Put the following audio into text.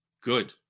good